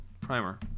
Primer